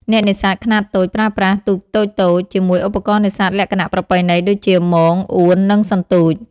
អ្នកនេសាទខ្នាតតូចប្រើប្រាស់ ទូកតូចៗ ជាមួយឧបករណ៍នេសាទលក្ខណៈប្រពៃណីដូចជា មង អួន និងសន្ទូច។